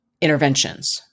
interventions